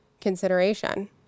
consideration